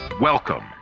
Welcome